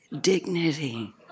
dignity